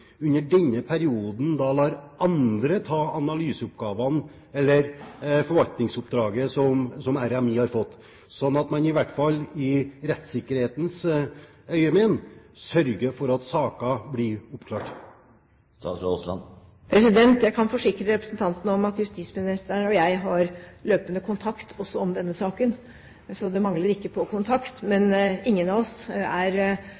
denne perioden lar andre ta analyseoppgavene, eller forvaltningsoppdraget, som RMI har fått, slik at man i rettsikkerhetens øyemed sørger for at saker blir oppklart? Jeg kan forsikre representanten om at justisministeren og jeg har løpende kontakt også om denne saken. Så det mangler ikke på kontakt. Men ingen av oss er